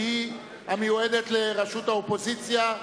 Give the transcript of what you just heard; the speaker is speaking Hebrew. שהיא המיועדת לראשות האופוזיציה,